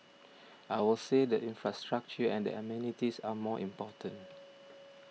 I would say the infrastructure and the amenities are more important